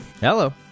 Hello